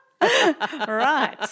Right